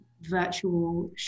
Virtual